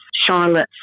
Charlotte